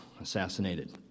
assassinated